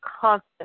constant